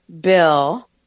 Bill